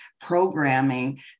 programming